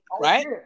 right